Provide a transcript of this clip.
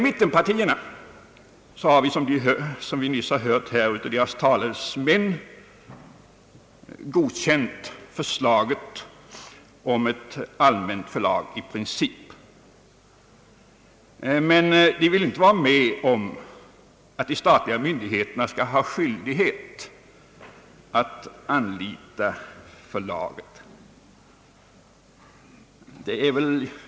Mittenpartierna har, som vi nyss hört av deras talesmän, i princip godkänt förslaget om ett allmänt förlag, men de vill inte vara med om att de statliga myndigheterna skall ha skyldighet att anlita förlaget.